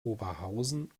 oberhausen